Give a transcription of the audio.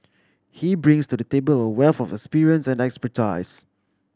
he brings to the table a wealth of experience and expertise